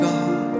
God